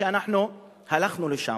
אנחנו הלכנו לשם,